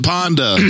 Panda